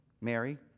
Mary